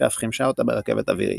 שאף חימשה אותה ברכבת אווירית.